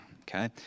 Okay